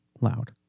loud